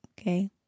Okay